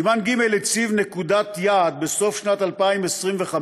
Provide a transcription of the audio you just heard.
סימן ג' הציב נקודת יעד בסוף שנת 2025,